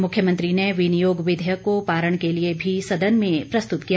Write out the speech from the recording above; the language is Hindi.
मुख्यमंत्री ने विनियोग विधेयक को पारण के लिए भी सदन में प्रस्तुत किया